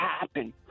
happen